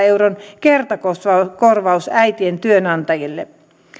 euron kertakorvaus äitien työnantajille